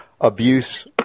abuse